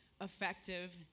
effective